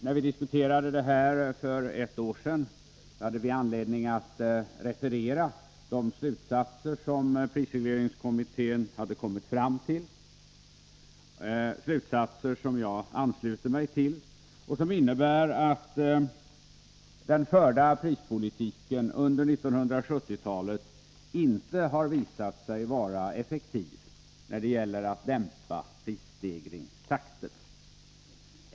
När vi för ett år sedan diskuterade detta ämne, hade jag anledning att referera de slutsatser som prisregleringskommittén hade kommit fram till, slutsatser som jag ansluter mig till och som innebär att den under 1970-talet förda prispolitiken inte har visat sig vara effektiv när det gäller att dämpa prisstegringstakten.